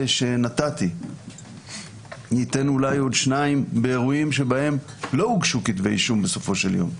ניתן אולי עוד שתיים של אירועים שבהם לא הוגשו כתבי אישום בסופו של יום.